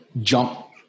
jump